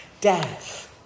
death